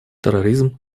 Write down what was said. терроризм